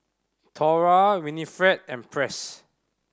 Thora Winifred and Press